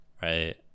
Right